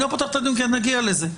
אני לא פותח את הדיון, אנחנו נגיע לזה.